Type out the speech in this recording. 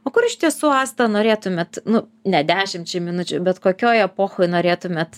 o kur iš tiesų asta norėtumėt nu ne dešimčiai minučių bet kokioj epochoj norėtumėt